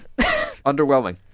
Underwhelming